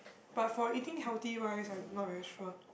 but for eating healthy wise I not very sure